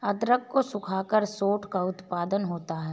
अदरक को सुखाकर सोंठ का उत्पादन होता है